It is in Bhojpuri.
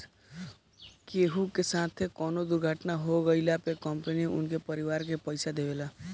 केहू के साथे कवनो दुर्घटना हो गइला पे कंपनी उनकरी परिवार के पईसा देवेला